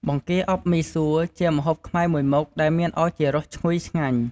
បង្គាអប់មីសួរជាម្ហូបខ្មែរមួយមុខដែលមានឱជារសឈ្ងុយឆ្ងាញ់។